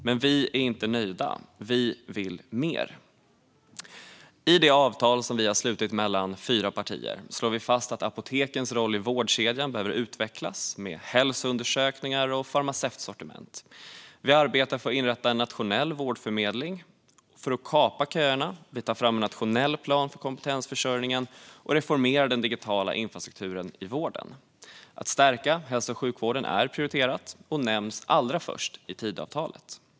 Men vi är inte nöjda. Vi vill mer. I det avtal vi har slutit mellan fyra partier slår vi fast att apotekens roll i vårdkedjan behöver utvecklas med hälsoundersökningar och farmaceutsortiment. Vi arbetar för att inrätta en nationell vårdförmedling för att kapa köerna, tar fram en nationell plan för kompetensförsörjningen och reformerar den digitala infrastrukturen i vården. Att stärka hälso och sjukvården är prioriterat och nämns allra först i Tidöavtalet.